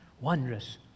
wondrous